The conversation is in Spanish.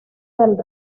del